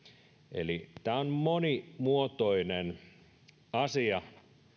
eli tämä on monimuotoinen asia